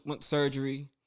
surgery